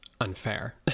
Unfair